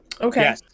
Okay